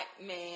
man